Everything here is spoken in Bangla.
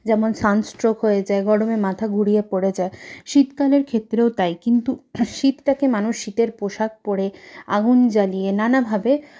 যেমন সানস্ট্রোক হয়ে যায় গরমে মাথা ঘুরিয়ে পড়ে যায় শীতকালের ক্ষেত্রেও তাই কিন্তু শীতটাকে মানুষ শীতের পোশাক পরে আগুন জ্বালিয়ে নানাভাবে